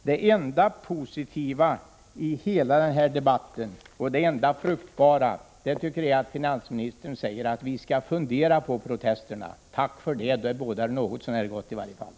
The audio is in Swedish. Det enda positiva och det enda fruktbara i denna debatt tycker jag är att finansministern säger att han skall fundera på protesterna. Tack för det! Det bådar i varje fall något så när gott.